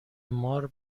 مار